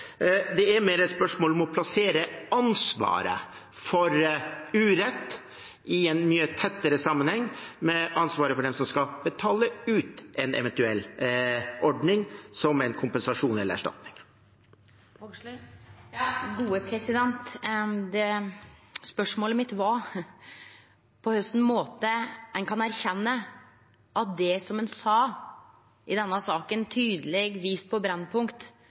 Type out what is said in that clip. Det er mer et spørsmål om å plassere ansvaret for urett i en mye tettere sammenheng med ansvaret for dem som skal betale ut en eventuell ordning som en kompensasjon eller erstatning. Spørsmålet mitt var på kva måte ein kan erkjenne at ein står ved det som ein sa i denne saka – tydeleg vist på